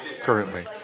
currently